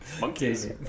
Monkeys